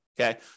Okay